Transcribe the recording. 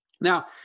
Now